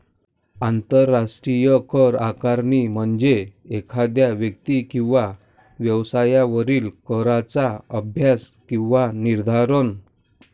आंतरराष्ट्रीय कर आकारणी म्हणजे एखाद्या व्यक्ती किंवा व्यवसायावरील कराचा अभ्यास किंवा निर्धारण